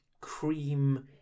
cream